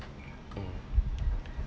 mm